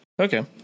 Okay